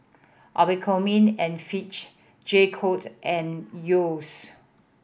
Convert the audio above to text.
Abercrombie and Fitch J Co and Yeo's